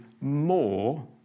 more